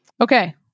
Okay